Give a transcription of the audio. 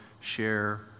share